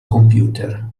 computer